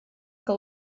que